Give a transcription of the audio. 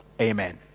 Amen